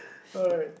alright